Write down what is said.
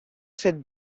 cette